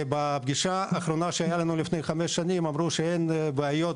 בפגישה האחרונה שהייתה לנו לפני כחמש שנים אמרו שאין בעיות